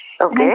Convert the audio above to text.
Okay